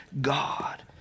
God